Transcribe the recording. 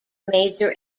major